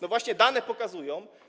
No właśnie dane pokazują.